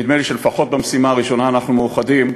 נדמה לי שלפחות במשימה הראשונה אנחנו מאוחדים,